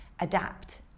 adapt